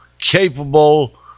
capable